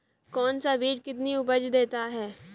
कौन सा बीज कितनी उपज देता है?